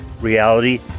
reality